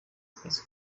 akazi